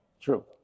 true